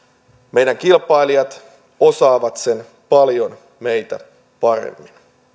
meidän kilpailijat osaavat sen paljon meitä paremmin